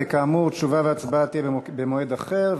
כאמור, תשובה והצבעה יהיו במועד אחר.